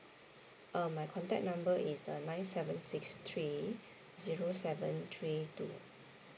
uh my contact number is uh nine seven six three zero seven three two